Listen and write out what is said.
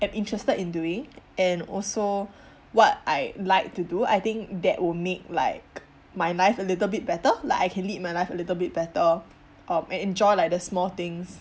am interested in doing and also what I like to do I think that will make like my life a little bit better like I can lead my life a little bit better um and enjoy like the small things